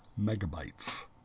megabytes